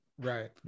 Right